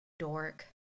dork